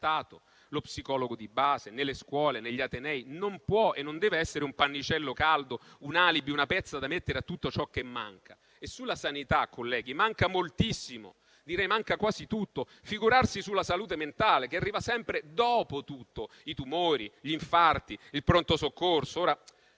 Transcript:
Lo psicologo di base nelle scuole e negli atenei non può e non deve essere un pannicello caldo, un alibi, una pezza da mettere a tutto ciò che manca. Sulla sanità, colleghi, manca moltissimo, direi manca quasi tutto. Figurarsi sulla salute mentale, che arriva sempre dopo tutto. Cito inoltre i tumori, gli infarti, il pronto soccorso.